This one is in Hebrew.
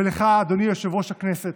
ולך, אדוני, יושב-ראש הכנסת,